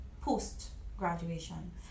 post-graduation